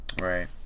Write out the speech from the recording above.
Right